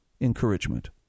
encouragement